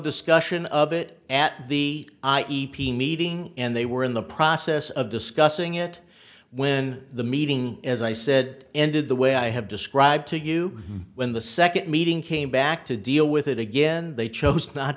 discussion of it at the i e p meeting and they were in the process of discussing it when the meeting as i said ended the way i have described to you when the second meeting came back to deal with it again they chose not